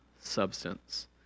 substance